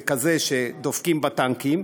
זה כזה שדופקים בטנקים,